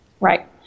Right